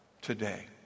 today